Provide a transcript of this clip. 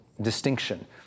distinction